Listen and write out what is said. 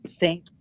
thank